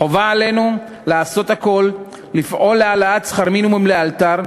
חובה עלינו לעשות הכול לפעול להעלאת שכר המינימום לאלתר,